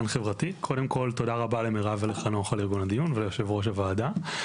קודם כל תודה למירב ולחנוך על ארגון הדיון וליושב ראש הוועדה.